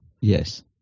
Yes